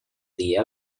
dia